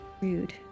Rude